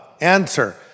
Answer